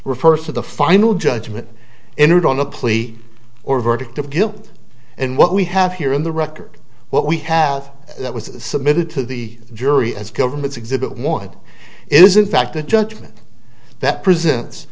refers to the final judgment entered on a plea or verdict of guilt and what we have here in the record what we have that was submitted to the jury as governments exhibit one is in fact the judgment that present